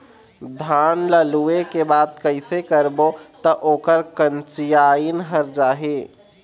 धान ला लुए के बाद कइसे करबो त ओकर कंचीयायिन हर जाही?